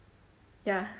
ya